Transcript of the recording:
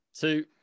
two